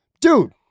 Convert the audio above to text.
dude